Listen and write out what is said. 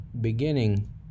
beginning